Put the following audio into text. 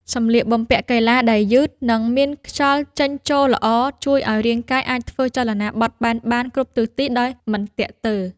សម្លៀកបំពាក់កីឡាដែលយឺត និងមានខ្យល់ចេញចូលល្អ ជួយឱ្យរាងកាយអាចធ្វើចលនាបត់បែនបានគ្រប់ទិសទីដោយមិនទាក់ទើ។